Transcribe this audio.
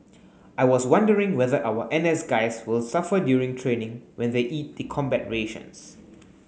I was wondering whether our N S guys will suffer during training when they eat the combat rations